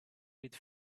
with